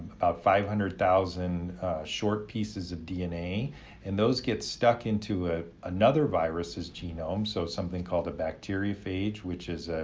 about five hundred thousand short pieces of dna and those get stuck into a another virus's genome, so something called a bacteriophage, which is